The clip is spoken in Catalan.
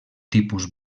tipus